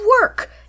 work